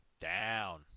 down